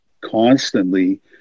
constantly